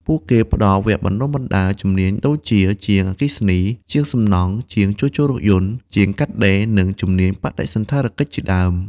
ពួកគេផ្តល់វគ្គបណ្តុះបណ្តាលជំនាញដូចជា ជាងអគ្គិសនី ជាងសំណង់ ជាងជួសជុលរថយន្ត ជាងកាត់ដេរ និងជំនាញបដិសណ្ឋារកិច្ចជាដើម។